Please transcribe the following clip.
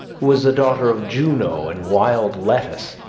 who was the daughter of juno and wild lettuce,